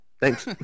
thanks